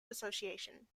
association